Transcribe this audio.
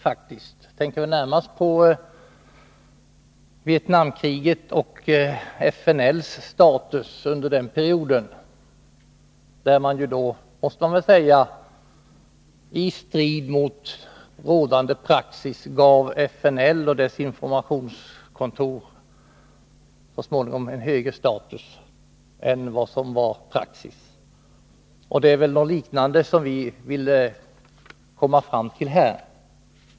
Jag tänker närmast på Vietnamkriget och FNL:s status under den perioden, då Sverige i strid med rådande praxis så småningom gav FNL och dess informationskontor en högre status. Det är något liknande som vi vill komma fram till i detta fall.